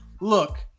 Look